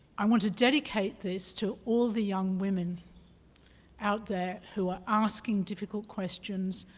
i want to dedicate this to all the young women out there who are asking difficult questions,